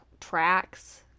tracks